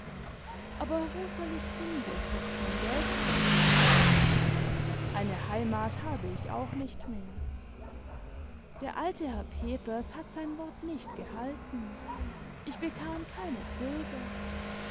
aber wo soll ich hin wo ich doch kein geld habe eine heimat habe ich auch nicht mehr der alte herr peters hat sein wort nicht gehalten ich bekam keine silbe